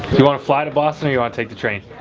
you wanna fly to boston or you wanna take the train?